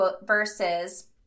versus